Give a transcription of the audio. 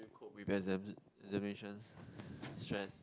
we cope with exams examinations stress